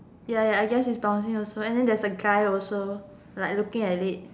ya ya I guess it's bouncing also and then there's a guy also like looking at it